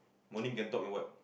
morning can talk in what